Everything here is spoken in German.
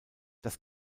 das